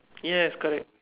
yes correct